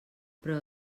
però